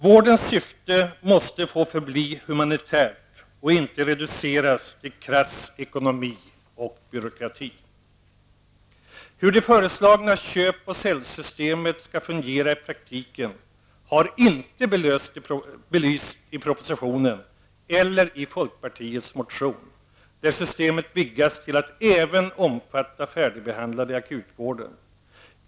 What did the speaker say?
Vårdens syfte måste få förbli humanitärt och inte reduceras till krass ekonomi och byråkrati. Hur det föreslagna köp och säljsystemet skall fungera i praktiken har belysts varken i propositionen eller i folkpartiets motion, där systemet vidgas till att även omfatta färdigbehandlade patienter i akutvården.